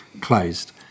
closed